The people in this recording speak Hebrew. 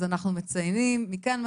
אז אנחנו מציינים מכאן,